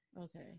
Okay